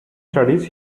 studies